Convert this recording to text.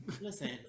listen